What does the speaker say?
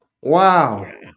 Wow